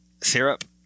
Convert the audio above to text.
Syrup